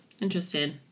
Interesting